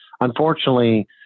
unfortunately